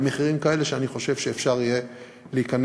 ולמחירים כאלה שאני חושב שאפשר יהיה להיכנס,